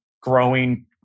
growing